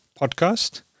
podcast